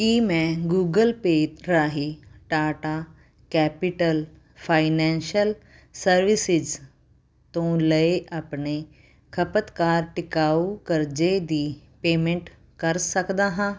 ਕੀ ਮੈਂ Google Pay ਰਾਹੀਂ Tata Capital Financial Services ਤੋਂ ਲਏ ਆਪਣੇ ਖਪਤਕਾਰ ਟਿਕਾਊ ਕਰਜ਼ੇ ਦੀ ਪੇਮੈਂਟ ਕਰ ਸਕਦਾ ਹਾਂ